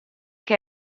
che